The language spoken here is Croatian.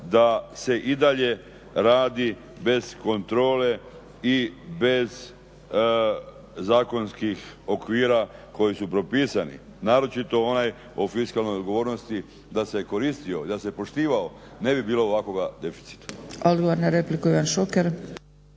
da se i dalje radi bez kontrole i bez zakonskih okvira koji su propisani. Naročito onaj o fiskalnoj odgovornosti da se koristio i da se poštivao ne bi bilo ovakvoga deficita.